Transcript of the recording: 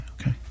okay